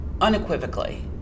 unequivocally